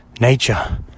nature